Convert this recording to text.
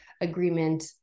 agreement